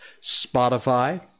Spotify